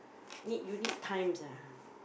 need you need time ah